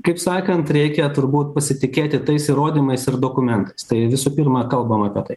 kaip sakant reikia turbūt pasitikėti tais įrodymais ir dokumentai tai visų pirma kalbam apie tai